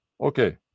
Okay